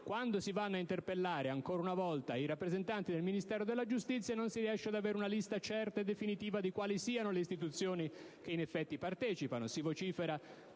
quando si vanno a interpellare, ancora una volta, i rappresentanti del Ministero della giustizia, non si riesce ad avere una lista certa e definitiva di quali siano le Istituzioni che in effetti partecipano. Si vocifera